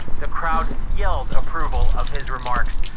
the crowd yelled approval of his remarks,